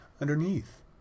underneath